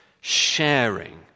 sharing